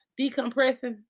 decompressing